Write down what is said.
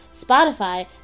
Spotify